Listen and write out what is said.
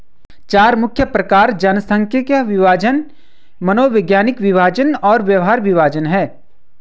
चार मुख्य प्रकार जनसांख्यिकीय विभाजन, मनोवैज्ञानिक विभाजन और व्यवहार विभाजन हैं